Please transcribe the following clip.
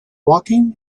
walking